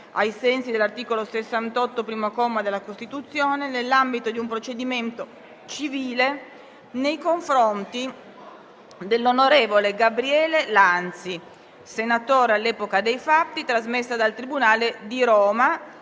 ai sensi dell'articolo 68, primo comma, della Costituzione, nell'ambito di un procedimento civile nei confronti dell'onorevole Gabriele Lanzi, senatore all'epoca dei fatti, procedimento civile